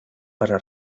para